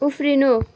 उफ्रिनु